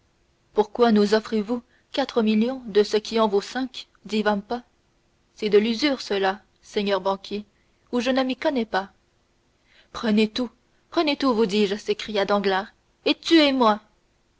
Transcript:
pourquoi nous offrez vous quatre millions de ce qui en vaut cinq dit vampa c'est de l'usure cela seigneur banquier ou je ne m'y connais pas prenez tout prenez tout vous dis-je s'écria danglars et tuez-moi